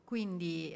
Quindi